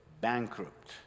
bankrupt